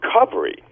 recovery